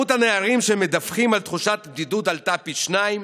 מספר הנערים שמדווחים על תחושת בדידות עלתה פי שניים,